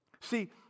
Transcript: See